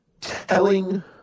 telling